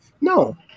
No